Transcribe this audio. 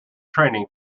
training